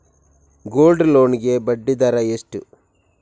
Gold loan ಗೆ ಬಡ್ಡಿ ದರ ಎಷ್ಟು?